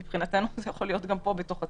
מבחינתנו זה יכול להיות גם פה בתוך הצו.